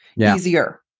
easier